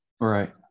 Right